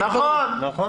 נכון.